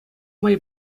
май